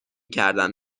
کردن